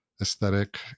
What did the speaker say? aesthetic